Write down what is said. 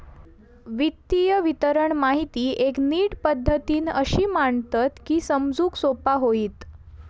वित्तीय विवरण माहिती एक नीट पद्धतीन अशी मांडतत की समजूक सोपा होईत